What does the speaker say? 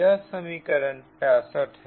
यह समीकरण 65 है